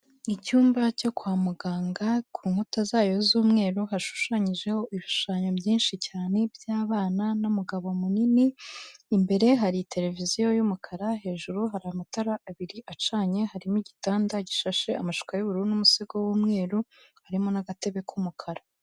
Icyumba cyo kwa muganga, ku nkuta zacyo z'umweru, hashushanyijeho ibishushanyo byinshi cyane by'abana n'umugabo munini, imbere hari televiziyo y'umukara, hejuru hari amatara abiri acanye, harimo igitanda gishashe amashuka y'ubururu n'umusego w'umweru, harimo n'agatebe k'umukara.